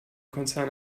konzern